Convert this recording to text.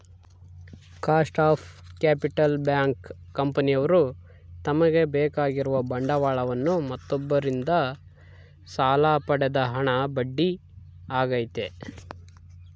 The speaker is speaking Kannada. ಕಾಸ್ಟ್ ಆಫ್ ಕ್ಯಾಪಿಟಲ್ ಬ್ಯಾಂಕ್, ಕಂಪನಿಯವ್ರು ತಮಗೆ ಬೇಕಾಗಿರುವ ಬಂಡವಾಳವನ್ನು ಮತ್ತೊಬ್ಬರಿಂದ ಸಾಲ ಪಡೆದ ಹಣ ಬಡ್ಡಿ ಆಗೈತೆ